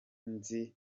nzi